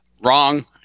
Wrong